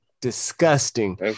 Disgusting